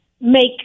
make